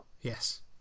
Yes